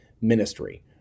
ministry